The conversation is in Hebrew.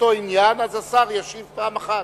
עניין השר ישיב פעם אחת.